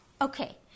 Okay